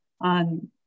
on